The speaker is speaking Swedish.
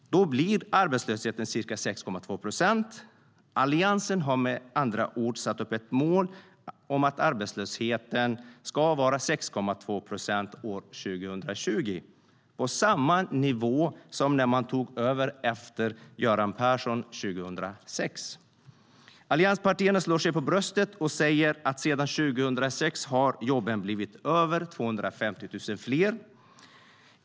Då blir arbetslösheten ca 6,2 procent. Alliansen har med andra ord satt upp ett mål om att arbetslösheten ska vara 6,2 procent år 2020, på samma nivå som när man tog över efter Göran Persson 2006.Alliansenpartierna slår sig för bröstet och säger att sedan 2006 har jobben blivit över 250 000 fler.